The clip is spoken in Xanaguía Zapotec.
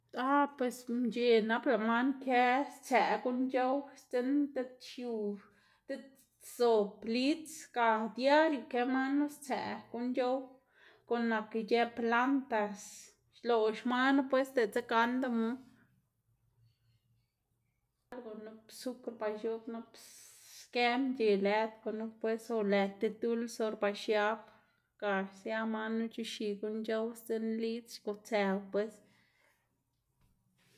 Ah pues mc̲h̲e nap lëꞌ man kë stsëꞌ guꞌn c̲h̲ow sdzinn diꞌt xiu, diꞌt zob lidz ga diario kë manu stsëꞌ guꞌn c̲h̲ow, guꞌn nak ic̲h̲ë plantas xloꞌx manu pues diꞌtse gandamu, naku nup zukr ba x̱oꞌb nap skë mc̲h̲e lëd gunu pues o lëd ti duls or ba xiab ga sia manu c̲h̲ixi guꞌn c̲h̲ow sdzinn lidz xgutsëw pues.